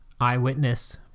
eyewitness